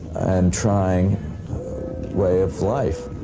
and trying way of life.